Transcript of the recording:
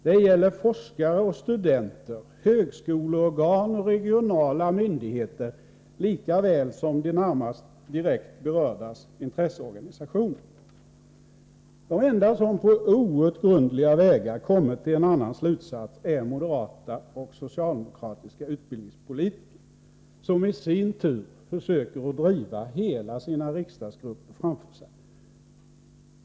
Det gäller forskare och studenter, högskoleorgan och regionala myndigheter lika väl som de närmast direkt berördas intresseorganisationer. De enda som på outgrundliga vägar kommit fram till en annan slutsats är moderata och socialdemokratiska utbildningspolitiker, som i sin tur försöker driva sina riksdagsgrupper i deras helhet framför sig.